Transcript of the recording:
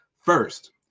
First